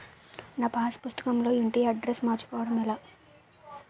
నా పాస్ పుస్తకం లో ఇంటి అడ్రెస్స్ మార్చుకోవటం ఎలా?